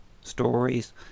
stories